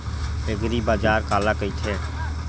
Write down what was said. एग्रीबाजार काला कइथे?